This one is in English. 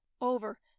over